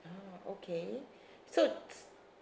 ah okay so